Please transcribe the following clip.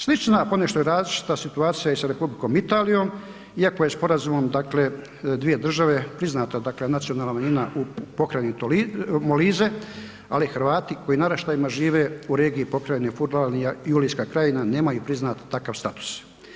Slična, a ponešto i različita situacija je i sa Republikom Italijom, iako je sporazumom dakle dvije države priznata dakle nacionalna manjina u Pokrajini Molise, ali Hrvati koji naraštajima žive u regije Furlanija - Julijska krajina nemaju priznati takav status.